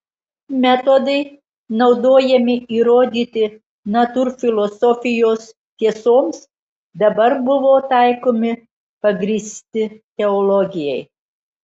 metodai naudojami įrodyti natūrfilosofijos tiesoms dabar buvo taikomi pagrįsti teologijai